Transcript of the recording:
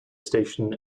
station